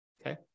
Okay